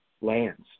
lands